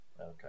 okay